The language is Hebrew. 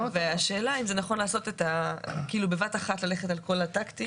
השאלה אם נכון בבת אחת ללכת על כל הצעדים.